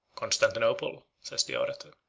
constantinople, says the orator,